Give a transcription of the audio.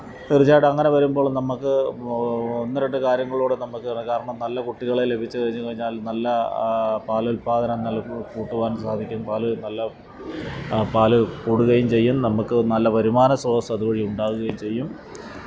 തീര്ച്ഛയായിട്ടും അങ്ങനെ വരുമ്പോൾ നമ്മൾക്ക് ഒന്ന് രണ്ട് കാര്യങ്ങളിലൂടെ നമ്മൾക്കുതന്നെ കാരണം നല്ല കുട്ടികളേ ലഭിച്ചു കഴിഞ്ഞ് കഴിഞ്ഞാല് നല്ല പാലുല്പാദനങ്ങള് കൂട്ടുവാന് സാധിക്കും പാല് നല്ല പാല് കൂടുകയും ചെയ്യും നമ്മൾക്ക് നല്ല വരുമാന ശ്രോതസ്സ് അതുവഴി ഉണ്ടാകുകയും ചെയ്യും